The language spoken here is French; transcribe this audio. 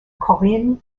corinne